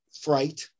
fright